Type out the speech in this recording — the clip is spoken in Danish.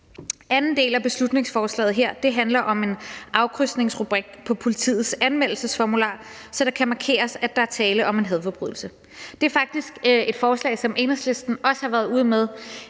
Anden del af beslutningsforslaget her handler om en afkrydsningsrubrik på politiets anmeldelsesformular, så der kan markeres, at der er tale om en hadforbrydelse. Det er faktisk et forslag, som Enhedslisten også har været ude med